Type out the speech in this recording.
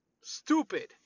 Stupid